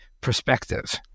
perspective